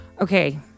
Okay